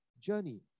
journey